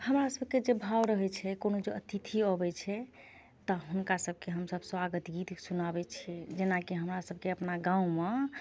हमरा सभके जे भाव रहै छै कोनो जे अतिथि अबै छै तऽ हुनका सभके हम सभ स्वागत गीत सुनाबै छी जेना कि हमरा सभके अपना गाँवमे